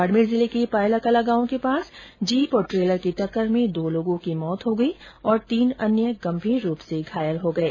बाडमेर जिले में पायलाकला गांव के पास जीप और ट्रेलर की टक्कर में दो लोगों की मौत हो गई और तीन अन्य गंभीर रूप से घायल हो गये